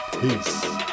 Peace